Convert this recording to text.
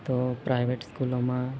તો પ્રાઇવેટ સ્કૂલોમાં